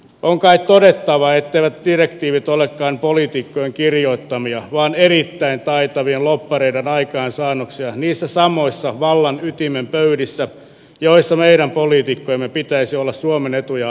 on kai todettava etteivät direktiivit olekaan poliitikkojen kirjoittamia vaan erittäin taitavien lobbareiden aikaansaannoksia niissä samoissa vallan ytimen pöydissä joissa meidän poliitikkojemme pitäisi olla suomen etuja ajamassa